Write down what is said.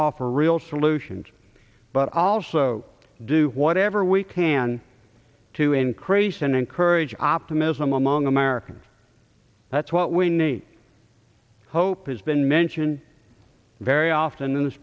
offer real solutions but also do whatever we can to increase and encourage optimism among americans that's what we need hope has been mentioned very often in th